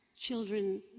children